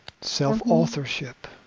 self-authorship